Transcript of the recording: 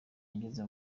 yageze